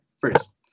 First